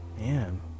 Man